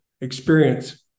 experience